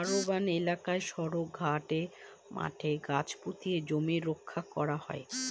urban এলাকায় সড়ক, ঘাটে, মাঠে গাছ পুঁতে জমি রক্ষা করা হয়